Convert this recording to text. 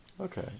Okay